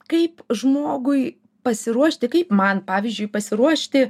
kaip žmogui pasiruošti kaip man pavyzdžiui pasiruošti